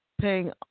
paying